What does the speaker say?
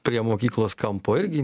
prie mokyklos kampo irgi